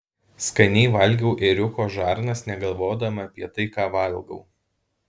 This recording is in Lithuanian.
skaniai valgiau ėriuko žarnas negalvodama apie tai ką valgau